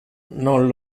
non